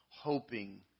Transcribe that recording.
hoping